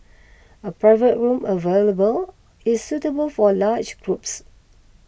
a private room available is suitable for large groups